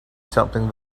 something